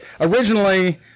originally